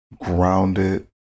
grounded